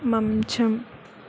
మంచం